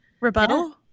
rebuttal